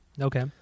Okay